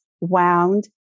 wound